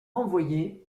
renvoyé